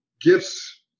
gifts